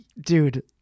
dude